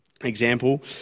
example